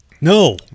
no